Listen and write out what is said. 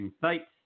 sites